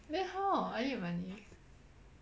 then how I need money